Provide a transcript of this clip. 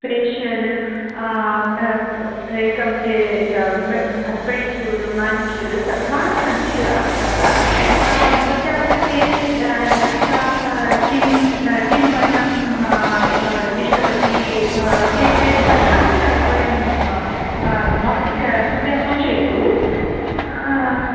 facial एकं ए pedicure manicure सर्वान् सन्ति तत्र भवत्याः कृते लेहेङ्गाः किं किं वर्णम् इष्टवती एतत् सर्वान् वयं भवती कृपया सूचयतु